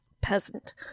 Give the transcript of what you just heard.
Peasant